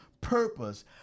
purpose